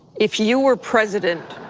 if you were president,